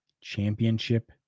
Championship